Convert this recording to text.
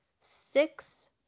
six